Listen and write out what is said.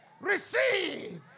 Receive